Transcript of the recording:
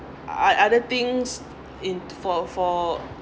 ot~ other things in for for